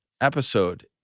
episode